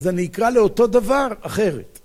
זה נקרא לאותו דבר אחרת.